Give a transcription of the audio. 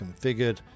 configured